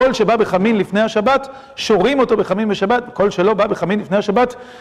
כל שבא בחמין לפני השבת, שורים אותו בחמין בשבת, כל שלא בא בחמין לפני השבת.